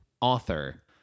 author